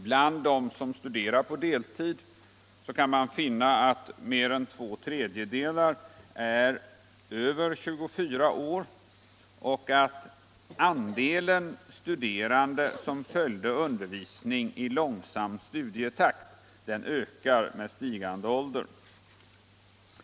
Bland dem som studerar på deltid kan man finna att mer än två tredjedelar är över 24 år och att andelen studerande som följer undervisning i långsam studietakt ökar med stigande ålder.